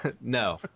No